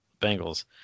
Bengals